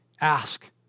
ask